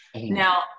Now